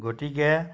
গতিকে